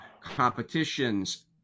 competitions